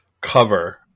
cover